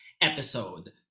episode